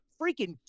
freaking